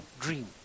dream